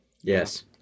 Yes